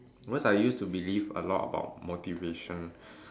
once I used to believe a lot about motivation